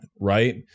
right